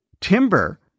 Timber